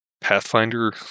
Pathfinder